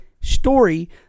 story